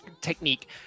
technique